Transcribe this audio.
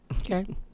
Okay